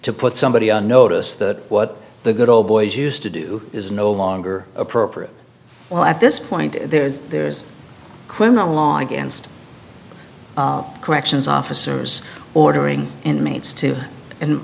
to put somebody on notice that what the good old boys used to do is no longer appropriate well at this point there's there's criminal law against corrections officers ordering inmates to and